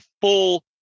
full